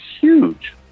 huge